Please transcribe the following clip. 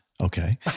Okay